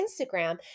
Instagram